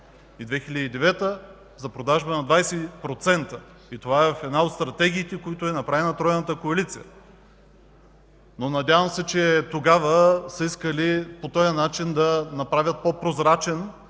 в 2009 г. – за продажба на 20%. И това е в една от стратегиите, които е направила тройната коалиция, но, надявам се, че тогава са искали по този начин да направят по-прозрачни